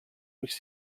which